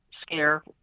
scare